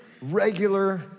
regular